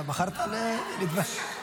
אתה בחרת --- אבל היה כאן דו-שיח.